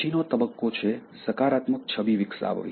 પછીનો તબક્કો છે સકારાત્મક છબી વિકસાવવી